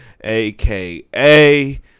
aka